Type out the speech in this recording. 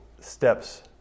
Steps